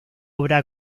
obra